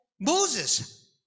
Moses